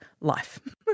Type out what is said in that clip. life